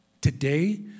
today